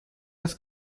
das